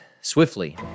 swiftly